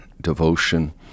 devotion